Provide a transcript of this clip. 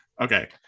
Okay